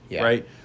right